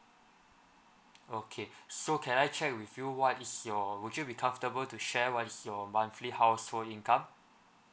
okay so can I check with you what is your would you be comfortable to share what is your monthly household income